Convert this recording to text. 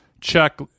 check